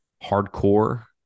hardcore